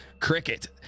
Cricket